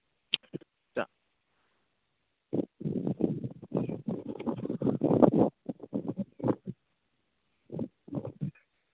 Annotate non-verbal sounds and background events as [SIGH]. [UNINTELLIGIBLE]